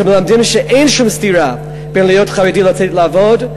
שמלמדים שאין שום סתירה בין להיות חרדי ללצאת לעבוד,